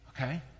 Okay